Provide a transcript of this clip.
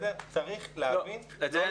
צריך להבין --- לא,